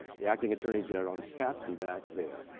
the acting attorney general, katzenbach there.